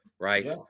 right